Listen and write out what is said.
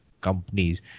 companies